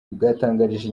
bwatangarije